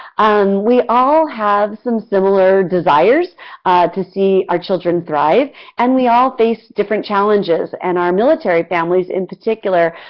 and we all have some similar desires to see our children thrive and we all face different challenges and our military families, in particular,